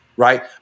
Right